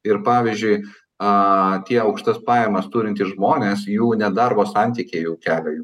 ir pavyzdžiui aaa tie aukštas pajamas turintys žmonės jų nedarbo santykiai jau kelia